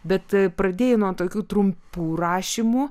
bet pradėjai nuo tokių trumpų rašymų